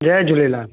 Jay Jhulelal